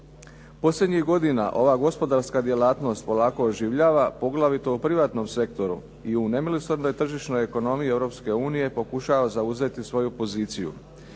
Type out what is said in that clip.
Posljednjih godina ova gospodarska djelatnost polako oživljava, poglavito u privatnom sektoru i u nemilosrdnoj tržišnoj ekonomiji Europske unije pokušava zauzeti svoju poziciju.